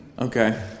Okay